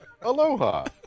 Aloha